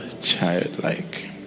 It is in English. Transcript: Childlike